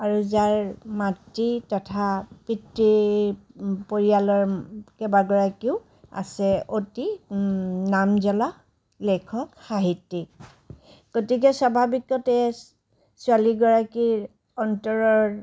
আৰু যাৰ মাতৃ তথা পিতৃ পৰিয়ালৰ কেবাগৰাকীও আছে অতি নামজ্বলা লেখক সাহিত্যিক গতিকে স্বাভাৱিকতে ছোৱালীগৰাকীৰ অন্তৰৰ